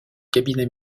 cabinet